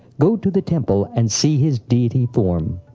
go to the temple and see his deity form.